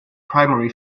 primary